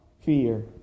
fear